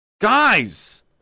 Guys